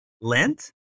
lent